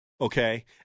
okay